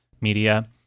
Media